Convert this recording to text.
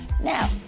Now